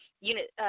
unit